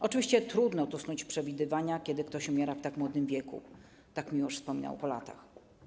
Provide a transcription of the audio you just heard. Oczywiście trudno tu snuć przewidywania, kiedy ktoś umiera w tak młodym wieku˝ - tak wspominał po latach.